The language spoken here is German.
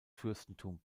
fürstentum